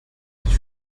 sich